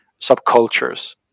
subcultures